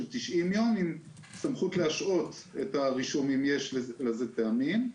של 90 יום עם סמכות להשהות את הרישום אם יש לזה טעמים.